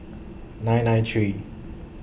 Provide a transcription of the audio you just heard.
nine nine three